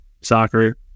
soccer